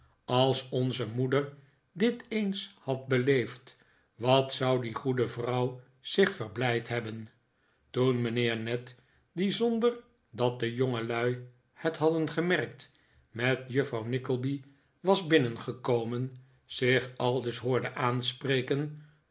als onze moeder dit eens had beleefd wat zou die goede vrouw zich verblijd hebben toen mijnheer ned die zonder dat de jongelui het hadden gemerkt met juffrouw nickleby was binnengekomen zich aldus hoorde aanspreken